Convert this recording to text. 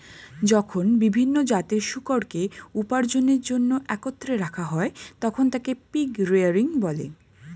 যখন বিভিন্ন জাতের শূকরকে উপার্জনের জন্য একত্রে রাখা হয়, তখন তাকে পিগ রেয়ারিং বলে